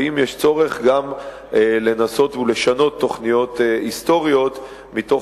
ואם יש צורך גם לנסות ולשנות תוכניות היסטוריות מתוך